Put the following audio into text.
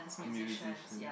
musician